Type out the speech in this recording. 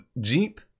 Jeep